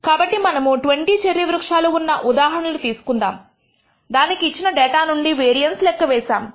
కాబట్టి మనము 20 చెర్రీ వృక్షాలు ఉన్న ఉదాహరణలు తీసుకుందాము దానికి ఇచ్చిన డేటా నుండి వేరియన్స్ లెక్క వేసాము